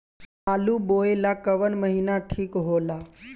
आलू बोए ला कवन महीना ठीक हो ला?